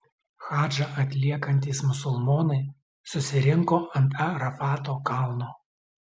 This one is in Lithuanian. hadžą atliekantys musulmonai susirinko ant arafato kalno